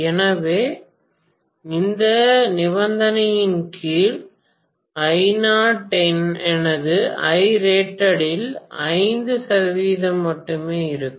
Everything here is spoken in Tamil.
எனவே இந்த நிபந்தனையின் கீழ் I0 எனது Irated இல் 5 சதவிகிதம் மட்டுமே இருக்கும்